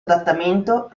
adattamento